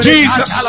Jesus